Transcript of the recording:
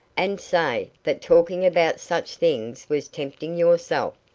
and say that talking about such things was tempting yourself.